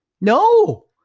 No